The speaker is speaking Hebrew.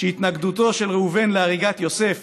שהתנגדותו של ראובן להריגת יוסף